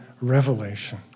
revelation